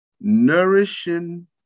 nourishing